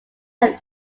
have